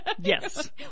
Yes